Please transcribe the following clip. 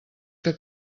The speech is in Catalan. que